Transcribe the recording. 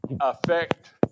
affect